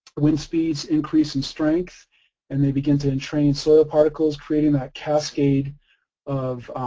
wind speeds increase in strength and they begin to entrain soil particles creating that cascade of,